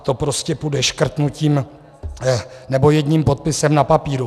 To prostě půjde škrtnutím, nebo jedním podpisem na papíru.